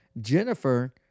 Jennifer